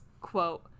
quote